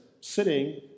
sitting